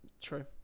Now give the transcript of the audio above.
True